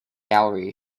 gallery